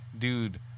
Dude